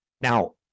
Now